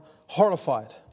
horrified